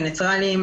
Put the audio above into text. לניטרליים,